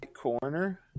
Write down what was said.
corner